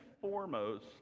foremost